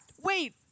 Wait